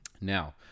Now